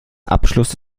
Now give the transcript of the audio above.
abschluss